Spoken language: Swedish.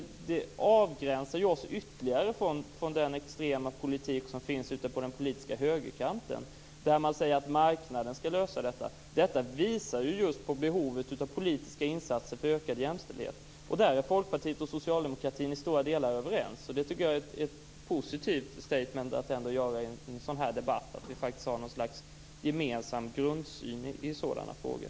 Detta avgränsar oss ytterligare från den extrema politik som förs ute på den politiska högerkanten, där man säger att marknaden skall lösa problemen. Detta visar på behovet av politiska insatser för ökad jämställdhet, och där är Folkpartiet och Socialdemokraterna i stora delar överens. Jag tycker att det är ett positivt statement att göra i en sådan här debatt att vi faktiskt har ett slags gemensam grundsyn i dessa frågor.